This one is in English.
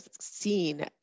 seen